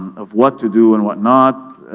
of what to do and whatnot.